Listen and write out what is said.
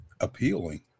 appealing